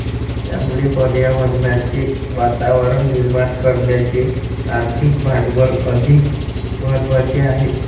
त्यामुळे पर्यावरणाचे वातावरण निर्माण करण्याचे आर्थिक भांडवल अधिक महत्त्वाचे आहे